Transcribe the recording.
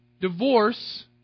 Divorce